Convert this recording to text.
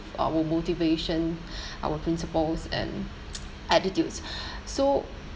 our motivation our principles and attitudes so